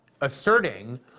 asserting